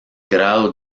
grado